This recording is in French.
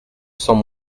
cents